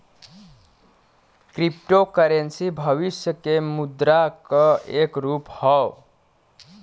crypto currency भविष्य के मुद्रा क एक रूप हौ